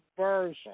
version